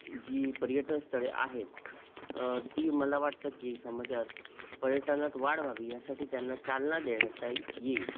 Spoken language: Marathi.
जी पर्यटनस्थळे आहेत ती मला वाटतं की समाजात पर्यटनात वाढ व्हावी यासाठी त्यांना चालना देण्यात येईल